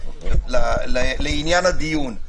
לעניין הדיון,